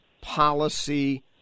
policy